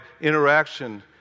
interaction